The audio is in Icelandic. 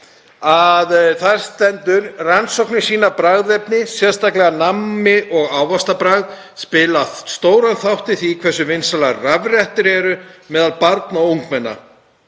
en þar stendur: „Rannsóknir sýna að bragðefni, sérstaklega nammi- og ávaxtabragð, spili stóran þátt í því hversu vinsælar rafrettur eru meðal barna og ungmenna